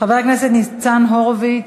חבר הכנסת ניצן הורוביץ,